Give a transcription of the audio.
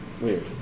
weird